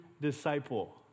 disciple